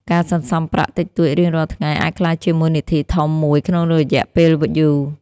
ការសន្សំប្រាក់តិចតួចរៀងរាល់ថ្ងៃអាចក្លាយជាមូលនិធិធំមួយក្នុងរយ:ពេលយូរ។